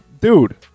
dude